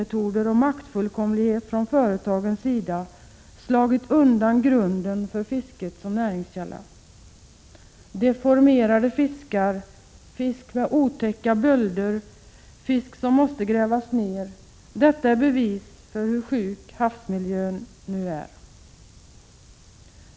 1986/87:36 fullkomlighet från företagens sida har slagit undan grunden för fisket som 26 november 1986 näringskälla. Deformerade fiskar, fisk med otäcka bölder, fisk som måste. — mo omm hochas grävas ner är bevis för hur sjuk havsmiljön nu är.